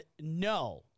no